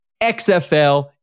XFL